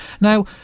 Now